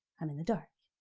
i'm in the dark,